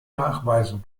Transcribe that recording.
nachweisen